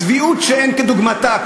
צביעות שאין כדוגמתה.